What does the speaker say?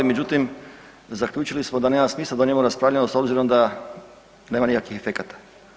Međutim, zaključili smo da nema smisla da o njemu raspravljamo s obzirom da nema nikakvih efekata.